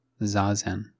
Zazen